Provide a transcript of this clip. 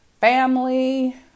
family